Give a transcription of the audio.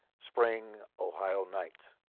spring ohio night.